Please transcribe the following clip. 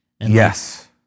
Yes